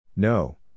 No